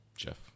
Jeff